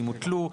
אם הוטלו,